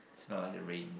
smell like the rain